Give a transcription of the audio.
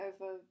over